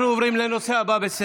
אנחנו עוברים לנושא הבא.